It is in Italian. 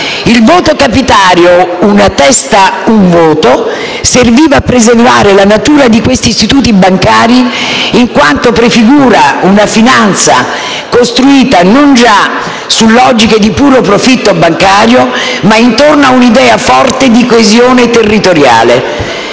Il voto capitario, una testa un voto, serviva a preservare la natura di questi istituti bancari in quanto prefigura una finanza costruita non già su logiche di puro profitto bancario, ma intorno ad un'idea forte di coesione territoriale.